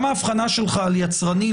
גם ההבחנה שלך על יצרני,